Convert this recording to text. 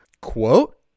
quote